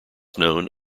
known